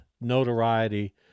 notoriety